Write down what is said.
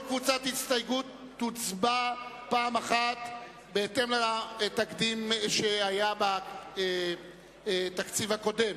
כל קבוצת הסתייגויות תוצבע פעם אחת בהתאם לתקדים שהיה בתקציב הקודם.